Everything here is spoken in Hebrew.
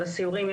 לגבי הסיורים,